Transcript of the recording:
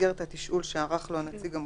במסגרת התשאול שערך לו הנציג המוסמך,